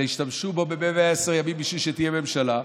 אלא ישתמשו בו ב-110 בשביל שתהיה ממשלה,